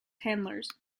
handlers